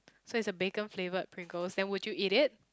so it's a bacon flavoured Pringles then would you eat it